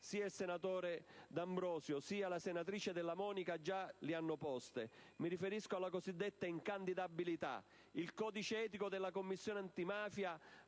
sia il senatore D'Ambrosio sia la senatrice Della Monica le hanno poste. Mi riferisco alla cosiddetta incandidabilità. Il codice etico della Commissione antimafia